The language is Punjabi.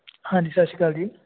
ਹਾਂਜੀ ਸਤਿ ਸ਼੍ਰੀ ਅਕਾਲ ਜੀ